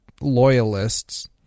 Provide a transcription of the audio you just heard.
loyalists